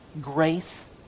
grace